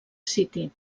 city